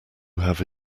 have